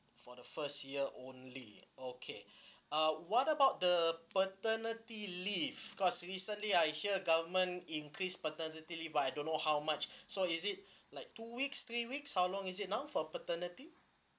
for the first year only okay uh what about the the paternity leave cause recently I hear government increase paternity leave I don't know how much so is it like two weeks three weeks how long is it now for paternity